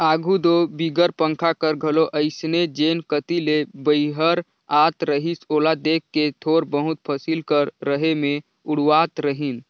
आघु दो बिगर पंखा कर घलो अइसने जेन कती ले बईहर आत रहिस ओला देख के थोर बहुत फसिल कर रहें मे उड़वात रहिन